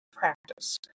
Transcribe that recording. Practice